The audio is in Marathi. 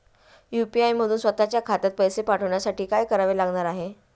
यू.पी.आय मधून स्वत च्या खात्यात पैसे पाठवण्यासाठी काय करावे लागणार आहे?